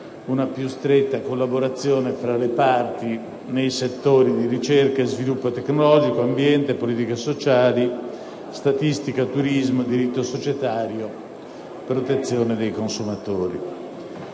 una più stretta collaborazione fra le parti nei settori di ricerca e sviluppo tecnologico, ambiente, politiche sociali, statistica, turismo, diritto societario e protezione dei consumatori.